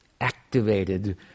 activated